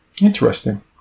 Interesting